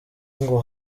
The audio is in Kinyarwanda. ngo